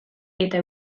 eta